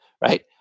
right